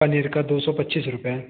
पनीर का दो सौ पच्चीस रुपये